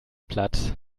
platt